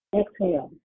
exhale